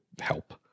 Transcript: help